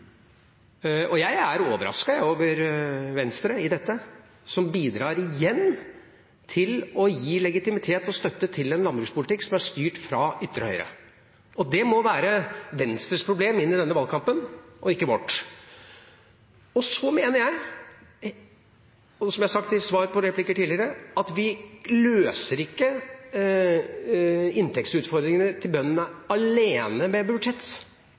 Jeg er overrasket over Venstre i dette, som igjen bidrar til å gi legitimitet og støtte til en landbrukspolitikk som er styrt fra ytre høyre. Det må være Venstres problem inn i denne valgkampen, ikke vårt. Og jeg mener, som jeg har sagt i svar på replikker tidligere, at vi ikke løser inntektsutfordringene til bøndene med budsjett alene.